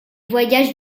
voyages